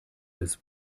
als